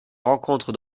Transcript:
rencontre